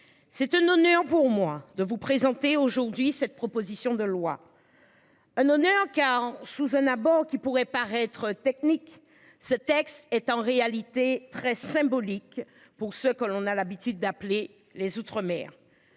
C'est un honneur pour moi de vous présenter aujourd'hui cette proposition de loi. Un en car. Suzanna bon qui pourrait paraître technique. Ce texte est en réalité très symbolique pour ce que l'on a l'habitude d'appeler les outre-mer.